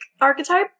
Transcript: archetype